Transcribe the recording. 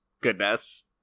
goodness